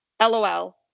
LOL